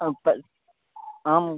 हाँ पल आम